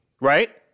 right